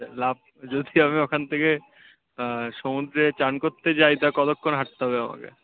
লাফ যদি আমি ওখান থেকে সমুদ্রে চান করতে যাই তা কতক্ষণ হাঁটতে হবে আমাকে